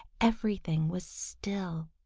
everything was still.